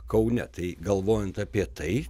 kaune tai galvojant apie tai